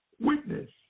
witness